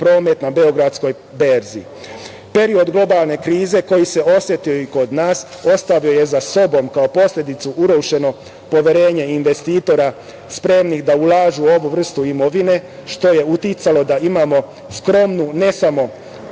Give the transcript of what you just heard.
promet na Beogradskoj berzi. Period globalne krize koji se osetio i kod nas ostavio je za sobom kao posledicu urušeno poverenje investitora spremnih da ulažu u ovu vrstu imovine, što je uticalo da imamo skromnu ne samo